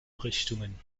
richtungen